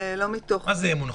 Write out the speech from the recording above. זה אמון?